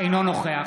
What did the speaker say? אינו נוכח